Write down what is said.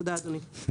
תודה, אדוני.